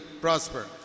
prosper